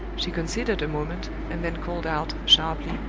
she considered a moment, and then called out, sharply,